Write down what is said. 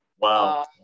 Wow